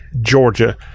Georgia